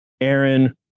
Aaron